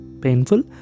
painful